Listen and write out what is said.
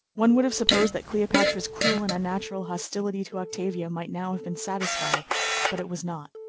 one would have supposed that cleopatra's cruel and unnatural hostility to octavia might now have been satisfied but it was not.